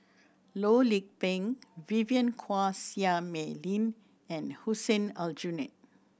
Loh Lik Peng Vivien Quahe Seah Mei Lin and Hussein Aljunied